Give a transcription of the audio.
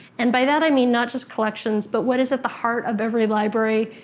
and by that, i mean not just collections, but what is at the heart of every library,